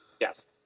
Yes